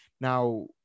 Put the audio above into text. Now